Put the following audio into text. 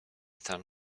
tam